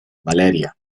valeria